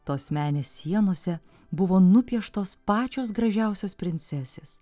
tos menės sienose buvo nupieštos pačios gražiausios princesės